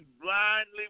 blindly